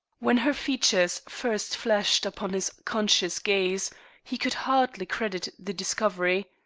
when her features first flashed upon his conscious gaze he could hardly credit the discovery.